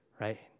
right